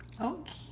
Okay